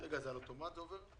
יש עבירה פלילית.